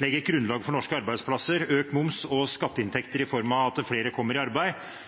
legge et grunnlag for – norske arbeidsplasser og gi økt moms og skatteinntekter i form av at flere kommer i arbeid,